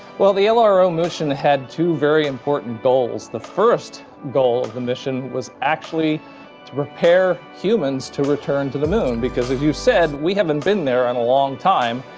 well the lro mission had two very important goals. the first goal of the mission was actually to prepare humans to return to the moon, because as you said, we haven't been there in a long time,